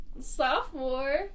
Sophomore